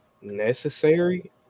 necessary